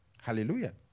Hallelujah